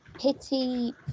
Pity